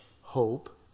hope